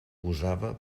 gosava